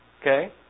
Okay